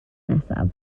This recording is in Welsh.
nesaf